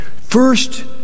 First